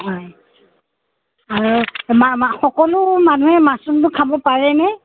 হয় আৰু সকলো মানুহে মাছৰুমবোৰ খাব পাৰেনে